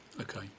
okay